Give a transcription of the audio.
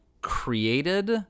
created